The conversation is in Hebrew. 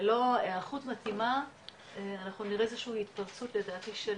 ללא היערכות מתאימה אנחנו נראה איזו התפרצות לדעתי של,